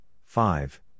five